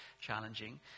challenging